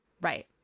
Right